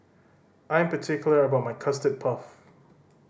I'm particular about my Custard Puff